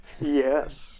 Yes